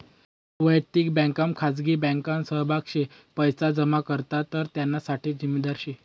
वयक्तिक बँकमा खाजगी बँकना सहभाग शे पैसा जमा करात तर त्याना साठे जिम्मेदार शे